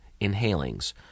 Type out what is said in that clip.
inhalings